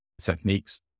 techniques